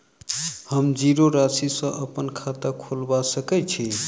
हम जीरो राशि सँ अप्पन खाता खोलबा सकै छी?